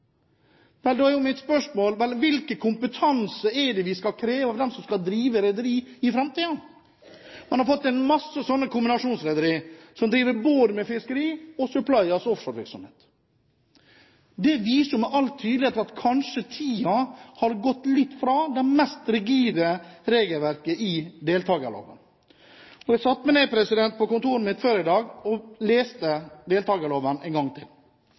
Vel, da er mitt spørsmål: Hvilken kompetanse er det vi skal kreve av dem som skal drive rederi i framtiden? Man har fått en masse sånne kombinasjonsrederier, som driver både med fiskeri og supply- og offshorevirksomhet. Det viser jo med all tydelighet at kanskje tiden har gått litt fra det mest rigide regelverket i deltakerloven. Jeg satte meg ned på kontoret mitt før i dag og leste deltakerloven en gang til,